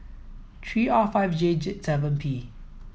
three R five J Jseven P